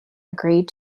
agreed